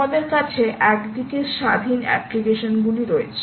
তোমাদের কাছে একদিকে স্বাধীন অ্যাপ্লিকেশন গুলি রয়েছে